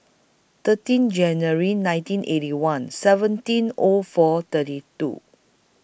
thirteen January nineteen Eighty One seventeen O four thirty two